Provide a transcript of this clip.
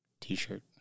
t-shirt